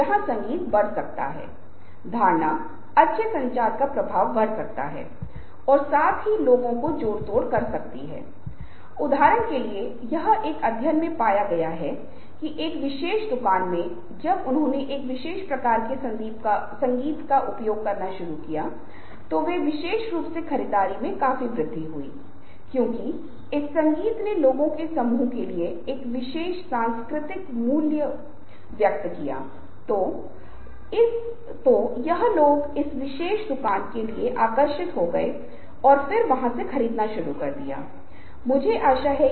इसलिए जैसा कि मैंने पहले ही आपके साथ साझा किया है हम या तो 1 या 2 सर्वेक्षण करने जा रहे हैं कृपया प्रतीक्षा करें और उन सर्वेक्षणों के दौरान हम आपकी प्रतिक्रियाएँ लेंगे और एक टीम के रूप में हम जब हम बोलने के कौशल और बोलने के कौशल के विभिन्न आयामों के बारे में बात करते हैं तो मैंने उन सवालों के जवाब देने की कोशिश की है जिन्हें मैंने यहाँ उठाने की कोशिश की है